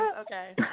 Okay